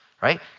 Right